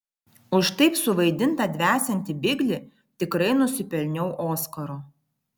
už taip suvaidintą dvesiantį biglį tikrai nusipelniau oskaro